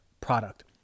product